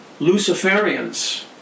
Luciferians